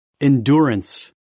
Endurance